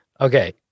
Okay